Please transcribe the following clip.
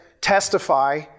testify